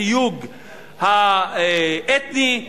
התיוג האתני,